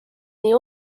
nii